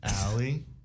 Allie